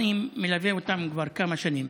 אני מלווה אותם כבר כמה שנים.